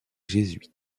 jésuites